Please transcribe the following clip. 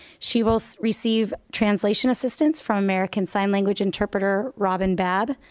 she will receive translation assistance from american sign language interpreter, robin babb.